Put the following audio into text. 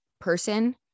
person